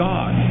God